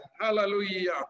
Hallelujah